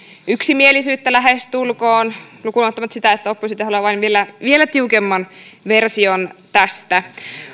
yksimielisyyttä lähestulkoon lukuun ottamatta sitä että oppositio haluaa vain vielä tiukemman version tästä